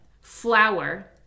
flour